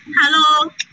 hello